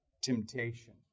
temptation